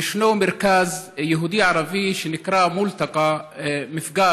ישנו מרכז יהודי-ערבי שנקרא מולתקא-מפגש,